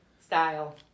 style